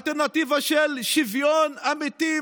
אלטרנטיבה של שוויון אמיתי,